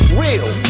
real